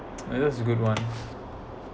oh this is a good one